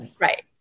right